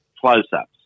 close-ups